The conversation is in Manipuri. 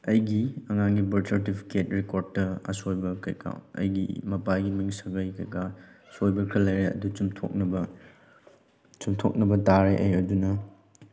ꯑꯩꯒꯤ ꯑꯉꯥꯡꯒꯤ ꯕꯔꯠ ꯁꯥꯔꯇꯤꯐꯤꯀꯦꯠ ꯔꯦꯀꯣꯔꯠꯇ ꯑꯁꯣꯏꯕ ꯀꯩꯀꯥ ꯑꯩꯒꯤ ꯃꯄꯥꯒꯤ ꯃꯤꯡ ꯁꯥꯒꯩ ꯀꯩꯀꯥ ꯁꯣꯏꯕ ꯈꯔ ꯂꯩꯔꯦ ꯑꯗꯨ ꯆꯨꯝꯊꯣꯛꯅꯕ ꯆꯨꯝꯊꯣꯛꯅꯕ ꯇꯥꯔꯦ ꯑꯩ ꯑꯗꯨꯅ